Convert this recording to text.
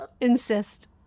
insist